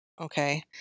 Okay